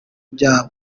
byabo